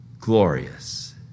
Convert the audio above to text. glorious